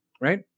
Right